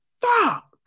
Fuck